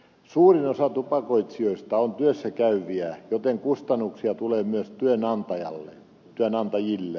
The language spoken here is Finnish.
suurin osa tupakoitsijoista on työssä käyviä joten kustannuksia tulee myös työnantajille